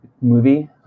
movie